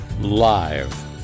live